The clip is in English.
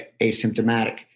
asymptomatic